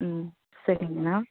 ம் சரிங்கண்ணா